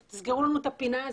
תסגרו לנו את הפינה הזאת.